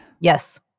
Yes